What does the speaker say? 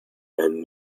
and